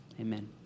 amen